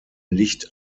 licht